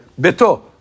beto